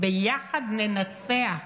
"ביחד ננצח",